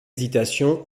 hésitation